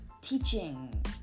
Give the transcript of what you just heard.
teaching